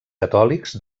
catòlics